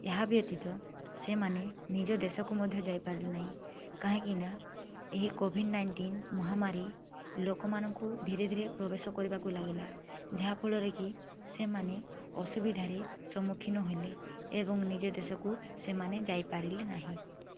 ଏହା ବ୍ୟତୀତ ସେମାନେ ନିଜ ଦେଶକୁ ମଧ୍ୟ ଯାଇପାରିଲେନାହିଁ କାହିଁକିନା ଏହି କୋଭିଡ଼ ନାଇଁନଟିନ ମହାମାରୀ ଲୋକମାନଙ୍କୁ ଧୀରେଧୀରେ ପ୍ରବେଶ କରିବାକୁ ଲାଗିଲା ଯାହାଫଳରେକି ସେମାନେ ଅସୁବିଧାରେ ସମ୍ମୁଖୀନ ହେଲେ ଏବଂ ନିଜ ଦେଶକୁ ସେମାନେ ଯାଇପାରିଲେ ନାହିଁ